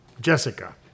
Jessica